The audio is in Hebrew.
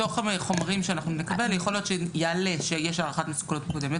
מתוך החומרים שאנחנו נקבל יכול להיות שיעלה שיש הערכת מסוכנות קודמת.